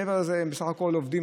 מעבר לזה הם בסך הכול עובדים,